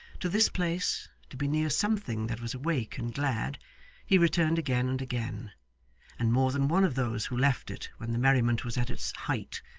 to this place to be near something that was awake and glad he returned again and again and more than one of those who left it when the merriment was at its height,